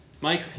Mike